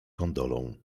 gondolą